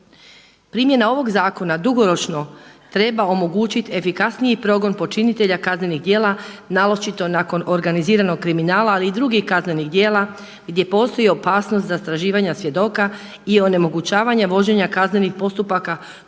Primjena ovog zakona dugoročno treba omogućiti efikasniji progon počinitelja kaznenih djela naročito nakon organiziranog kriminala ali i drugih kaznenih djela gdje postoji opasnost zastrašivanja svjedoka i onemogućavanja vođenja kaznenih postupaka kroz institute